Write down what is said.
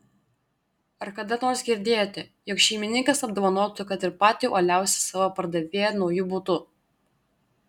ar kada nors girdėjote jog šeimininkas apdovanotų kad ir patį uoliausią savo pardavėją nauju butu